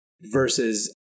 versus